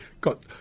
got